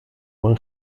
buen